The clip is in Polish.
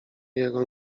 jego